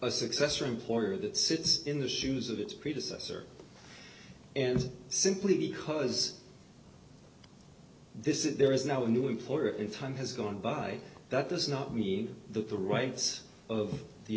a successor employer that sits in the shoes of its predecessor and simply because this is there is now a new employer in time has gone by that does not mean that the rights of the